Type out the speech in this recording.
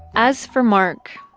as for mark,